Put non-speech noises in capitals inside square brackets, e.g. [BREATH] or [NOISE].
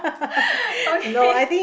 [BREATH] okay [BREATH]